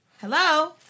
Hello